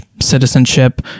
citizenship